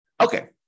Okay